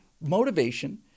motivation